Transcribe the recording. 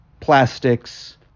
plastics